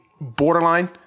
borderline